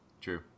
True